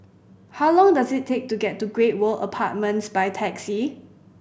how long does it take to get to Great World Apartments by taxi